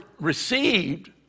received